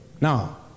Now